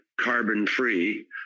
carbon-free